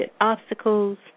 obstacles